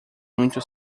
muito